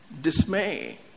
dismay